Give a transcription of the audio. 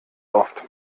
oft